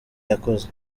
yakoze